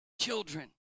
children